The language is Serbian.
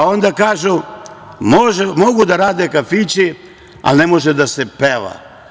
Onda kažu - mogu da rade kafići, ali ne može da se peva.